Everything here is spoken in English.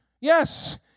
Yes